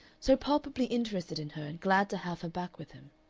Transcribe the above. so palpably interested in her, and glad to have her back with him.